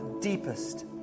deepest